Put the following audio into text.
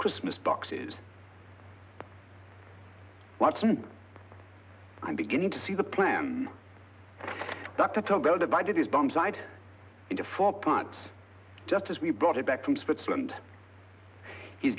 christmas boxes watson i'm beginning to see the plan not to talk about if i did is dump site into four pots just as we brought it back from switzerland he's